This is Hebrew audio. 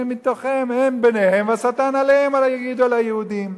מתוכם, הם ביניהם והשטן עליהם, יגידו על היהודים.